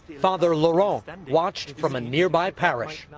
father laurent and watched from a nearby parish.